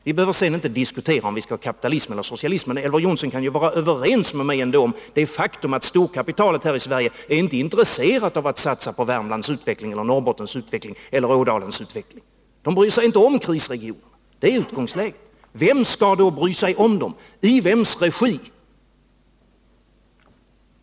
Vi behöver sedan inte diskutera om vi skall ha kapitalism eller socialism; Elver Jonsson kan väl vara överens med mig ändå om det faktum att storkapitalet här i Sverige inte är intresserat av att satsa på Värmlands utveckling eller på Norrbottens utveckling eller på Ådalens utveckling. Man bryr sig inte om krisregioner. Det är utgångsläget. Men vem skall då bry sig om dem och i vilkens regi?